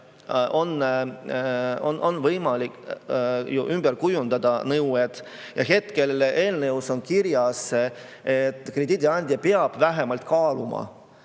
võimalik ümber kujundada nõuded ja hetkel on eelnõus kirjas, et krediidiandja peab vähemalt kaaluma,